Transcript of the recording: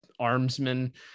armsmen